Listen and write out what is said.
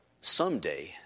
someday